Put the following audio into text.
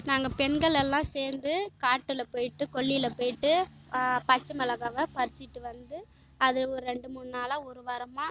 நாங்கள் பெண்கள் எல்லாம் சேர்ந்து காட்டில் போய்ட்டு கொல்லையில போய்ட்டு பச்சை மிளகாவ பறிச்சுட்டு வந்து அது ஒரு ரெண்டு மூணு நாளா ஒரு வாரமா